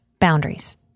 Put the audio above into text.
boundaries